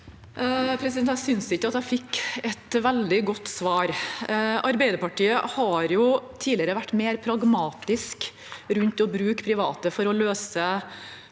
Jeg synes ikke jeg fikk et veldig godt svar. Arbeiderpartiet har tidligere vært mer pragmatisk rundt å bruke private for å løse